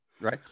Right